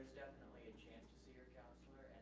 a chance to see your counselor,